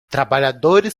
trabalhadores